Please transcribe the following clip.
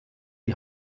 die